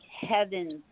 heavens